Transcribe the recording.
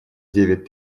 девять